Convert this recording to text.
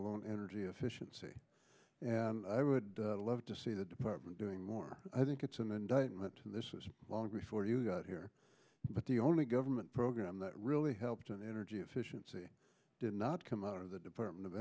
alone energy efficiency and i would love to see the department doing more i think it's an indictment to this was long before you got here but the only government program that really helped on energy efficiency did not come out of the department of